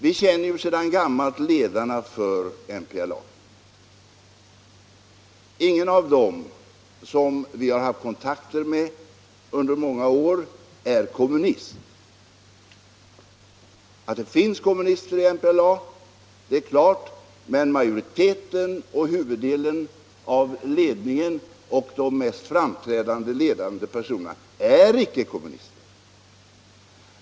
Vi känner ju sedan gammalt ledarna för MPLA och vet att ingen av dem som vi under många år har haft kontakter med är kommunist. Att det finns kommunister i MPLA är klart, men majoriteten i rörelsen, och även huvuddelen av ledningen och de mest framträdande ledande personerna är icke kommunister.